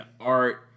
art